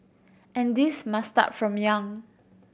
and this must start from young